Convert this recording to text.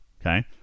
okay